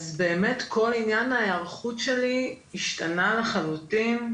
אז באמת כל עניין ההיערכות שלי השתנה לחלוטין,